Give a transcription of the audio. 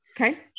Okay